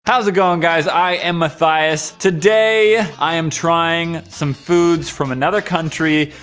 how's it going guys i am matthias today, i am trying some foods from another country.